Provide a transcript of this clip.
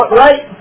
right